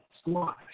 squash